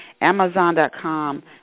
Amazon.com